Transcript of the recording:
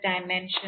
dimension